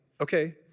okay